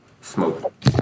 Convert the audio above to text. Smoke